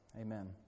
Amen